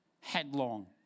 headlong